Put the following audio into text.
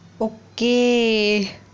Okay